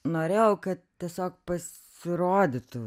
norėjau kad tiesiog pasirodytų